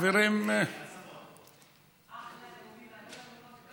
ההצעה להעביר את הנושא לוועדת העבודה,